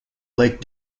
lake